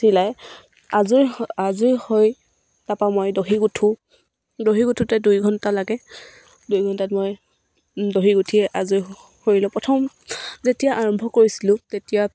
চিলাই আজৰি আজৰি হৈ তাৰপৰা মই দহি গুঠোঁ দহি গুঠোঁতে দুই ঘণ্টা লাগে দুই ঘণ্টাত মই দহি গুঠি আজৰি হৈ প্ৰথম যেতিয়া আৰম্ভ কৰিছিলোঁ তেতিয়া